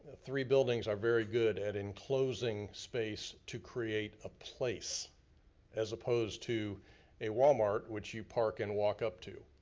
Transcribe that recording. three buildings are very good at enclosing space to create a place as opposed to a walmart, which you park and walk up to.